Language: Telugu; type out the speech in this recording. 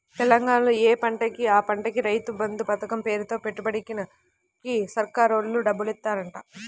తెలంగాణాలో యే పంటకి ఆ పంటకి రైతు బంధు పతకం పేరుతో పెట్టుబడికి సర్కారోల్లే డబ్బులిత్తన్నారంట